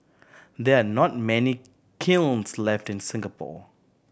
there are not many kilns left in Singapore